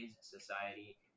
society